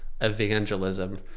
evangelism